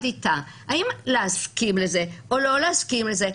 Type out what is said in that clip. איתה אם להסכים לזה או לא להסכים לזה.